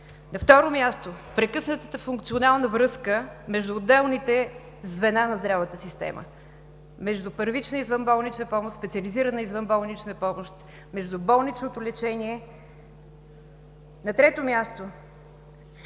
На второ място, прекъснатата функционална връзка между отделните звена на здравната система – между първична и извън болнична помощ, специализирана извънболнична помощ, междуболничното лечение. На трето място,